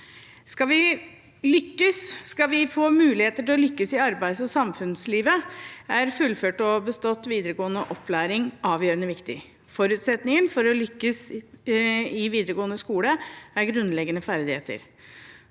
Skal vi få muligheter til å lykkes i arbeids- og samfunnslivet, er fullført og bestått videregående opplæring avgjørende viktig. Forutsetningen for å lykkes i videregående skole er grunnleggende ferdigheter.